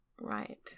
Right